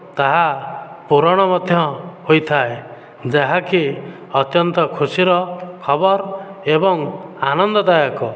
ତାହା ପୁରଣ ମଧ୍ୟ ହୋଇଥାଏ ଯାହାକି ଅତ୍ୟନ୍ତ ଖୁସିର ଖବର ଏବଂ ଆନନ୍ଦ ଦାୟକ